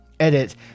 Edit